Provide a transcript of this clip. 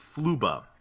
Fluba